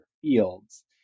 fields